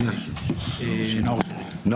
תודה.